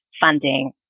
funding